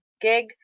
gig